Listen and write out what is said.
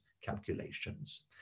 calculations